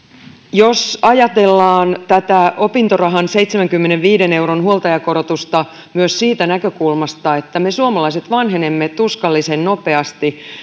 jos ajatellaan tätä opintorahan seitsemänkymmenenviiden euron huoltajakorotusta myös siitä näkökulmasta että me suomalaiset vanhenemme tuskallisen nopeasti